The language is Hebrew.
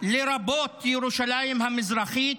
לרבות ירושלים המזרחית,